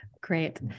Great